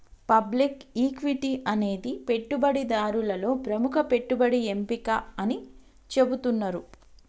public equity అనేది పెట్టుబడిదారులలో ప్రముఖ పెట్టుబడి ఎంపిక అని చెబుతున్నరు